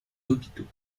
hôpitaux